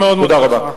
תודה רבה.